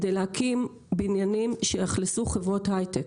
על מנת להקים בניינים שיאכלסו חברות היי-טק.